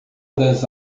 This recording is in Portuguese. das